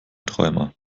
träumer